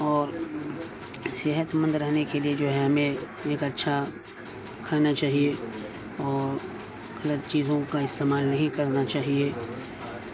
اور صحت مند رہنے کے لیے جو ہے ہمیں ایک اچھا کھانا چاہیے اور غلط چیزوں کا استعمال نہیں کرنا چاہیے